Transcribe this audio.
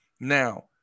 Now